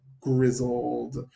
grizzled